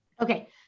Okay